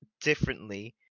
differently